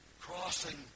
crossing